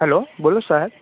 hello બોલો sir